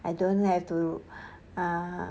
I don't have to err